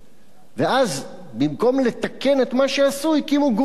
ואז, במקום לתקן את מה שעשו, הקימו גוף חדש,